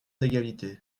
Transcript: d’égalité